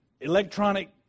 electronic